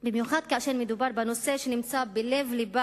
במיוחד כאשר מדובר בנושא שנמצא בלב-לבה